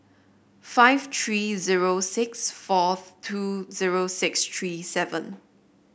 five three zero six four two zero six three seven